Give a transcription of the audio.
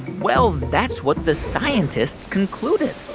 well, that's what the scientists concluded